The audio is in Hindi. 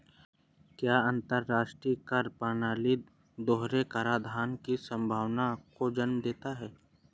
क्या अंतर्राष्ट्रीय कर प्रणाली दोहरे कराधान की संभावना को जन्म देता है?